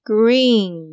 Green